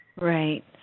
Right